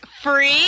Free